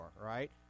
right